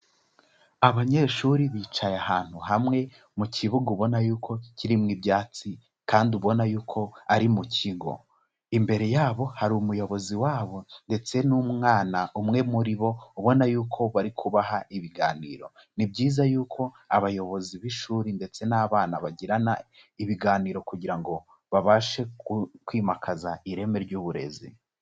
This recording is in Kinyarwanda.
Abanyeshuri bicaye ahantu hamwe mu kibuga ubona yuko kiri mu ibyatsi kandi ubona yuko ari mu kigo, imbere yabo hari umuyobozi wabo ndetse n'umwana umwe muri bo ubona yuko bari kubaha ibiganiro, ni byiza yuko abayobozi b'ishuri ndetse n'abana bagirana ibiganiro kugira ngo babashe kwimakaza ireme ry'uburezi.